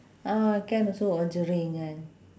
ah can also